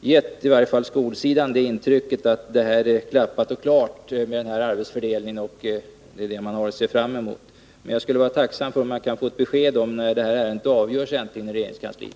gett i varje fall skolsidan det intrycket, att det nu skulle vara klappat och klart med arbetsfördelningen och att det är det som man har att se fram emot. Jag skulle vara tacksam för ett besked om när ärendet äntligen kommer att avgöras i regeringskansliet.